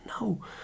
no